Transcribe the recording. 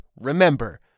remember